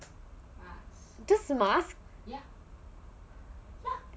just mask what